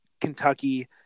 Kentucky